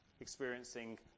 experiencing